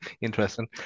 interesting